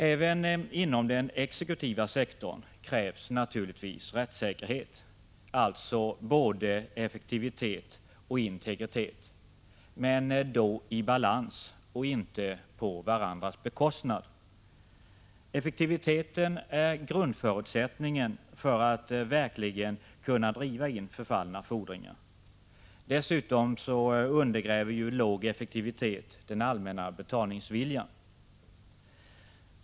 Även inom den exekutiva sektorn krävs naturligtvis rättssäkerhet, alltså både effektivitet och integritet, men då i balans och inte på varandras bekostnad. Effektiviteten är grundförutsättningen för att man verkligen skall kunna driva in förfallna fordringar. Dessutom undergräver ju låg effektivitet den allmänna betalningsviljan.